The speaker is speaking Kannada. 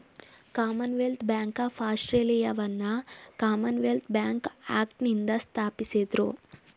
ಕಾಮನ್ವೆಲ್ತ್ ಬ್ಯಾಂಕ್ ಆಫ್ ಆಸ್ಟ್ರೇಲಿಯಾವನ್ನ ಕಾಮನ್ವೆಲ್ತ್ ಬ್ಯಾಂಕ್ ಆಕ್ಟ್ನಿಂದ ಸ್ಥಾಪಿಸಿದ್ದ್ರು